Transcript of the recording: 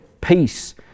peace